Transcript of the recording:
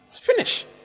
Finish